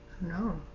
No